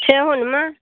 ठेहुनमे